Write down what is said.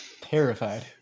Terrified